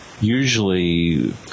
usually